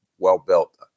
well-built